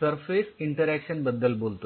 surface interaction बद्दल बोलतोय